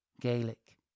Gaelic